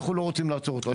אנחנו לא רוצים לעצור אותו.